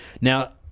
Now